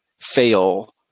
fail